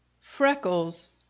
Freckles